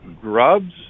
grubs